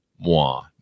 moi